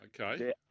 Okay